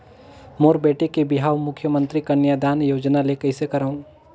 मोर बेटी के बिहाव मुख्यमंतरी कन्यादान योजना ले कइसे करव?